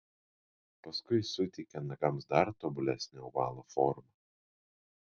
paskui suteikia nagams dar tobulesnę ovalo formą